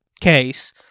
case